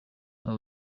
nta